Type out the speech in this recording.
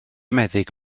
meddyg